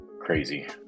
crazy